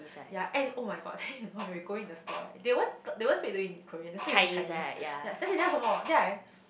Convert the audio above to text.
ya and [oh]-my-god then you know when we go in the store right they won't talk they won't speak to you in Korean they speak to you in Chinese 小姐你要什么 then I